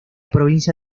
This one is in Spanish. provincia